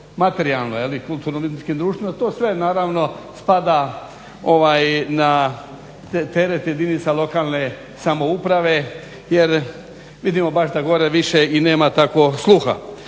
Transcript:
materijalnu je li kulturno umjetničkim društvima, to sve naravno spada na teret jedinica lokalne samouprave jer vidimo da baš gore više i nema tako sluha.